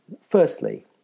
Firstly